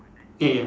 ya ya